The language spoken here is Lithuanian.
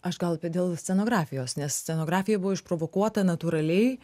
aš gal apie dėl scenografijos nes scenografija buvo išprovokuota natūraliai